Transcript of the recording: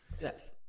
Yes